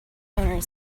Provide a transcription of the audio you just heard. owner